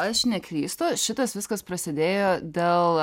aš neklystu šitas viskas prasidėjo dėl